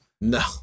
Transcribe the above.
No